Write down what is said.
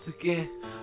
again